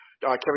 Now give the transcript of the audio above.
Kevin